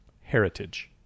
heritage